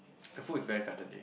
the food is very fattening